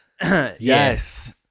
Yes